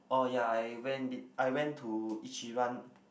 oh ya I went I went to Ichiran